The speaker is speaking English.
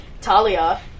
Talia